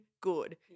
good